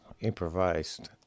improvised